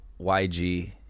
YG